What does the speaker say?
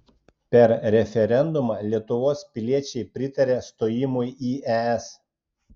per referendumą lietuvos piliečiai pritarė stojimui į es